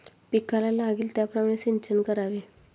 पिकाला लागेल त्याप्रमाणे सिंचन करावे